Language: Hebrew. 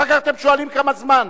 אחר כך אתם שואלים כמה זמן.